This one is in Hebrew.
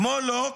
כמו לוק,